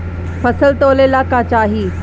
फसल तौले ला का चाही?